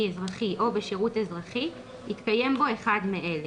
אזרחי או בשירות אזרחי יתקיים בו אחד מאלה: